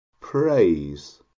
praise